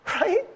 Right